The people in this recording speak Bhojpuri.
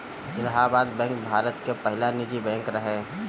इलाहाबाद बैंक भारत के पहिला निजी बैंक रहे